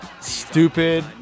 stupid